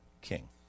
king